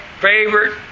favorite